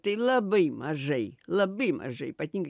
tai labai mažai labai mažai ypatingai